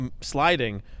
sliding